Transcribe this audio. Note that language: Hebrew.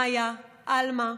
מאיה ועלמה,